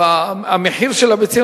והמחיר של הביצים,